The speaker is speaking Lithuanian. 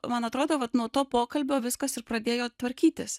man atrodo vat nuo to pokalbio viskas ir pradėjo tvarkytis